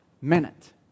minute